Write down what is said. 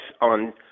on